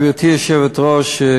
גברתי היושבת-ראש,